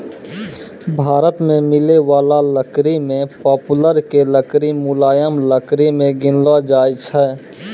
भारत मॅ मिलै वाला लकड़ी मॅ पॉपुलर के लकड़ी मुलायम लकड़ी मॅ गिनलो जाय छै